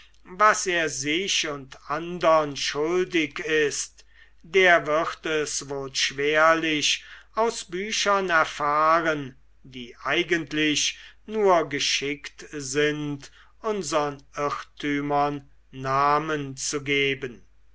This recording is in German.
was er sich und andern schuldig ist der wird es wohl schwerlich aus büchern erfahren die eigentlich nur geschickt sind unsern irrtümern namen zu geben